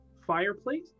fireplace